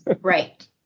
Right